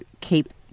keep